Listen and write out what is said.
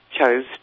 chose